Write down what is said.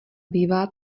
bývá